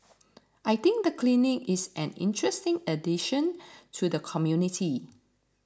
I think the clinic is an interesting addition to the community